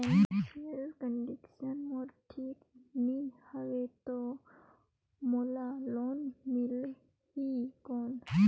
Financial condition मोर ठीक नी हवे तो मोला लोन मिल ही कौन??